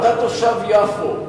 אתה תושב יפו,